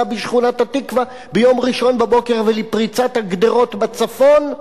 בשכונת-התקווה ביום ראשון בבוקר ולפריצת הגדרות בצפון,